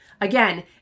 Again